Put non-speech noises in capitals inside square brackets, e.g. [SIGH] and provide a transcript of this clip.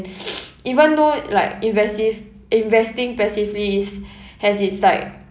[NOISE] even though like invesive~ investing passively is has its like